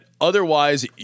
otherwise